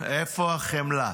"איפה החמלה"?